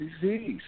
disease